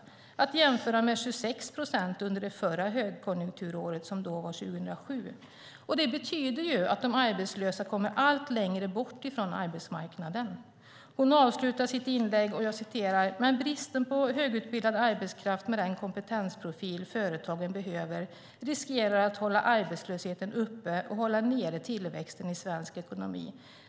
Detta ska jämföras med 26 procent under det förra högkonjunkturåret, som var 2007. Det betyder att de arbetslösa kommer allt längre bort från arbetsmarknaden. Lena Hagman avslutar sitt inlägg: Men bristen på högutbildad arbetskraft med den kompetensprofil företagen behöver riskerar att hålla arbetslösheten uppe och hålla nere tillväxten i svensk ekonomi.